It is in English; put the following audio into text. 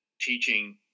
teaching